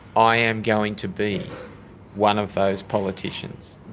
i am going to be one of those politicians.